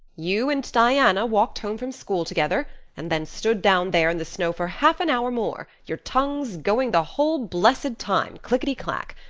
you and diana walked home from school together and then stood down there in the snow for half an hour more, your tongues going the whole blessed time, clickety-clack.